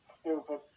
stupid